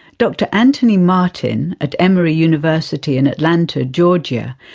dr anthony martin at emory university in atlanta, georgia,